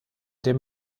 der